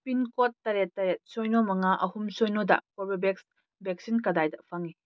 pincode ꯇꯔꯦꯠ ꯇꯔꯦꯠ ꯁꯤꯅꯣ ꯃꯉꯥ ꯑꯍꯨꯝ ꯁꯤꯅꯣꯗ ꯀꯣꯔꯕꯦꯕꯦꯛꯁ ꯚꯦꯛꯁꯤꯟ ꯀꯗꯥꯏꯗ ꯐꯪꯏ